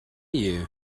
you